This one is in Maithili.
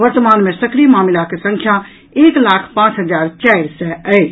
वर्तमान मे सक्रिय मामिलाक संख्या एक लाख पांच हजार चारि सय अछि